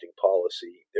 policy